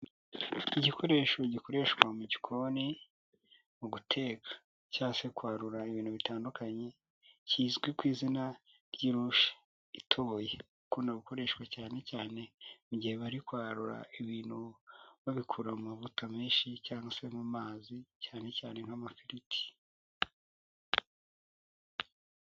Igikoresho gikoreshwa mu gikoni, mu guteka cyangwa se kwarura ibintu bitandukanye, kizwi ku izina ry'irushi itoboye ukunda gukoreshwa cyane cyane mu gihe bari kwarura ibintu babikura amavuta menshi cyangwa mu mazi cyane cyane nk'amafiriti.